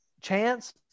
chance